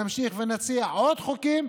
נמשיך ונציע עוד חוקים,